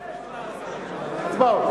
הצבעות.